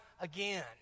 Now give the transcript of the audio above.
again